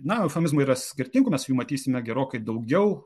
na eufemizmų yra skirtingų mes jų matysime gerokai daugiau